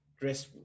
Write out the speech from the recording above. dress